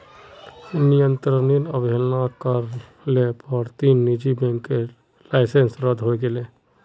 नियंत्रनेर अवहेलना कर ल पर तीन निजी बैंकेर लाइसेंस रद्द हई गेले